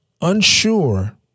unsure